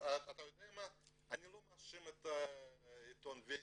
ואתה יודע מה, אני לא מאשים את עיתון וסטי,